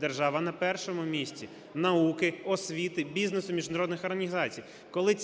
(держава на першому місці), науки, освіти, бізнесу, міжнародних організацій. Коли